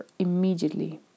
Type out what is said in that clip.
immediately